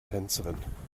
tänzerin